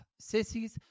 Sissies